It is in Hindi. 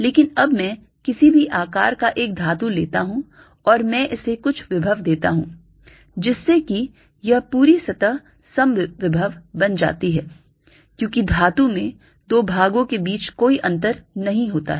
लेकिन अब मैं किसी भी आकार का एक धातु लेता हूं और मैं इसे कुछ विभव देता हूं जिससे कि यह पूरी सतह समविभव बन जाती है क्योंकि धातु में दो भागों के बीच कोई अंतर नहीं होता हैं